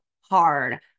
hard